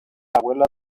abuela